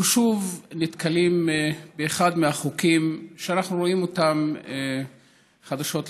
אנחנו שוב נתקלים באחד החוקים שאנחנו רואים אותם חדשות לבקרים,